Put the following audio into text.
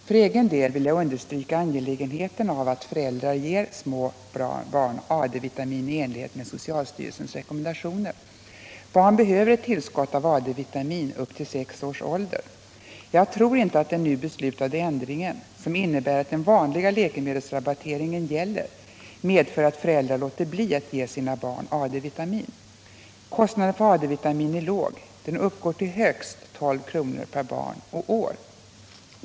För egen del vill jag understryka angelägenheten av att föräldrar ger sina små barn AD-vitamin upp till sex års ålder. Jag tror inte att den nu beslutade ändringen, som innebär att den vanliga läkemedelsrabatteringen gäller, medför att föräldrar låter bli att ge sina barn AD-vitamin. Kostnaden för AD vitamin är låg. Den uppgår till högst 12 kr. per barn och år.